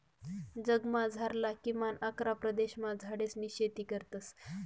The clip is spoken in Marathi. जगमझारला किमान अकरा प्रदेशमा झाडेसनी शेती करतस